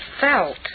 felt